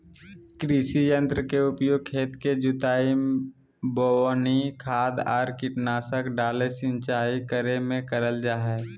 कृषि यंत्र के उपयोग खेत के जुताई, बोवनी, खाद आर कीटनाशक डालय, सिंचाई करे मे करल जा हई